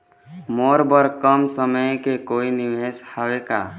मोर बर कम समय के कोई निवेश हावे का?